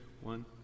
One